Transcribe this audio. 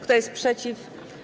Kto jest przeciw?